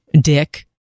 dick